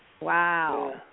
wow